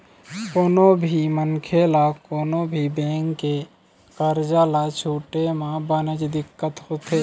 कोनो भी मनखे ल कोनो भी बेंक के करजा ल छूटे म बनेच दिक्कत होथे